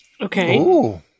Okay